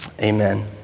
Amen